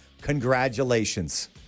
Congratulations